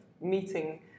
meeting